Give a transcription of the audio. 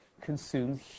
consumes